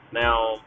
now